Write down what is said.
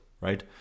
right